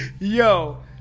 Yo